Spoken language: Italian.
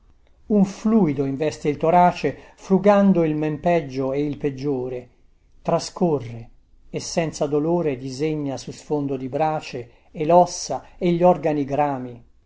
un fluido investe il torace frugando il men peggio e il peggiore trascorre e senza dolore disegna su sfondo di brace e lossa e gli organi grami